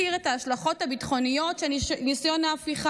את ההשלכות הביטחוניות של ניסיון ההפיכה,